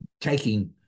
taking